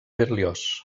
berlioz